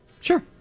Sure